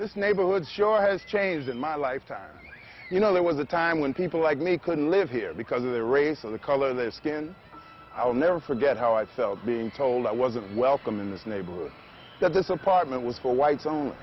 this neighborhood sure has changed in my life as you know there was a time when people like me couldn't live here because of their race and the color of their skin i'll never forget how i felt being told i wasn't welcome in this neighborhood that this apartment was for whites on